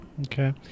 Okay